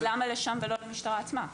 אז למה לשם ולא למשטרה עצמה?